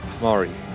Tamari